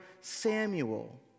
samuel